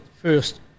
first